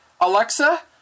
Alexa